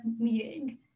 meeting